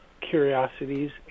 curiosities